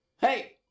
Hey